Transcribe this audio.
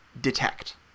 detect